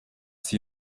sie